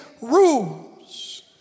rules